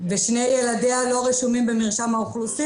ושני ילדיה לא רשומים במרשם האוכלוסין?